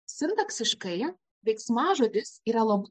sintaksiškai veiksmažodis yra labai